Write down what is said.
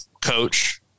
coach